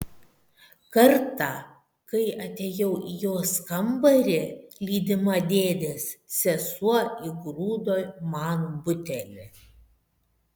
kartą kai atėjau į jos kambarį lydima dėdės sesuo įgrūdo man butelį